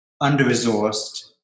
under-resourced